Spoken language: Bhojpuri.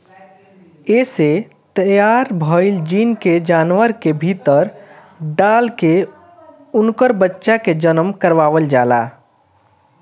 एसे तैयार भईल जीन के जानवर के भीतर डाल के उनकर बच्चा के जनम करवावल जाला